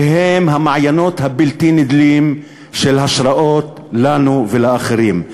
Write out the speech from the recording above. והם המעיינות הבלתי-נדלים של השראות לנו ולאחרים.